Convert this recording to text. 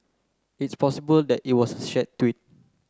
it's possible that it was shared tweet